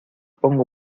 pongo